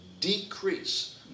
decrease